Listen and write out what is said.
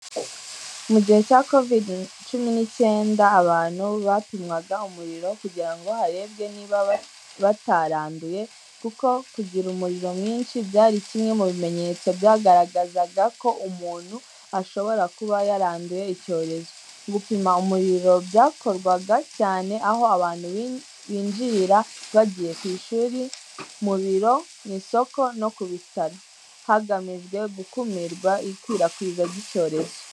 Mu gihe cya kovide cumi n'icyenda, abantu bapimwaga umuriro kugira ngo harebwe niba bataranduye, kuko kugira umuriro mwinshi byari kimwe mu bimenyetso byagaragazaga ko umuntu ashobora kuba yaranduye icyorezo. Gupima umuriro byakorwaga cyane aho abantu binjirira bagiye ku ishuri, mu biro, mu isoko no ku bitaro, hagamijwe gukumira ikwirakwizwa ry'icyorezo.